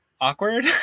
awkward